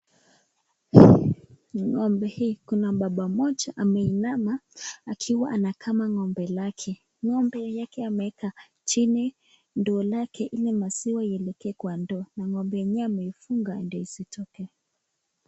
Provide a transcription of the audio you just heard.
Ng'ombe hii kuna baba mmoja ameinama akiwa anakama ng'ombe lake. Ng'ombe yake ameweka chini ndoo lake ili maziwa yeelekee kwa ndoo na ng'ombe yenyewe ameifunga ndio isitoke.